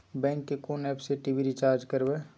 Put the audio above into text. Bank के कोन app से टी.वी रिचार्ज करबे?